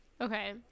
okay